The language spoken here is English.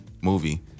movie